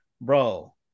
bro